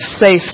say